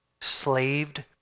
slaved